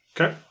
Okay